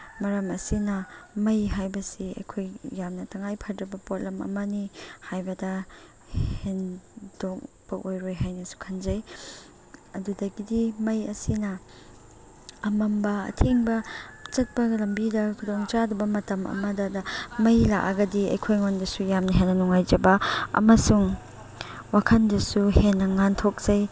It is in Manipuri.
ꯃꯔꯝ ꯑꯁꯤꯅ ꯃꯩ ꯍꯥꯏꯕꯁꯤ ꯑꯩꯈꯣꯏ ꯌꯥꯝꯅ ꯇꯉꯥꯏꯐꯗ꯭ꯔꯕ ꯄꯣꯠꯂꯝ ꯑꯃꯅꯤ ꯍꯥꯏꯕꯗ ꯍꯦꯟꯗꯣꯛꯄ ꯑꯣꯏꯔꯣꯏ ꯍꯥꯏꯅꯁꯨ ꯈꯜꯖꯩ ꯑꯗꯨꯗꯒꯤꯗꯤ ꯃꯩ ꯑꯁꯤꯅ ꯑꯃꯝꯕ ꯑꯊꯦꯡꯕ ꯆꯠꯄ ꯂꯝꯕꯤꯗ ꯈꯨꯗꯣꯡꯆꯥꯗꯕ ꯃꯇꯝ ꯑꯃꯗꯗ ꯃꯩ ꯂꯥꯛꯑꯗꯤ ꯑꯩꯈꯣꯏꯉꯣꯟꯗꯁꯨ ꯌꯥꯝꯅ ꯍꯦꯟꯅ ꯅꯨꯡꯉꯥꯏꯖꯕ ꯑꯃꯁꯨꯡ ꯋꯥꯈꯜꯗꯁꯨ ꯍꯦꯟꯅ ꯉꯥꯟꯊꯣꯛꯆꯩ